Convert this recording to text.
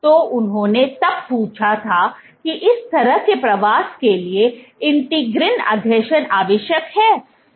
तो उन्होंने तब पूछा कि इस तरह के प्रवास के लिए इंटीग्रिन आसंजन आवश्यक हैं